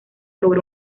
sobre